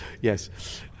Yes